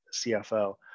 CFO